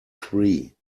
three